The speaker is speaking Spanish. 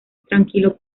tranquilo